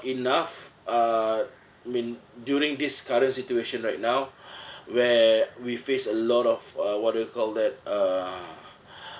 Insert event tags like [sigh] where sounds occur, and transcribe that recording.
enough uh mean during this current situation right now [breath] where we face a lot of uh what do you call that uh [breath]